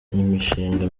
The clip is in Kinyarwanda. imishinga